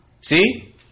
See